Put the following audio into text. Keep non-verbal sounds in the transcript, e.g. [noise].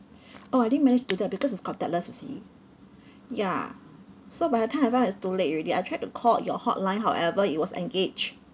[breath] oh I didn't manage to do that because it's contactless you see [breath] ya so by the time I find out it's too late already I tried to call your hotline however it was engaged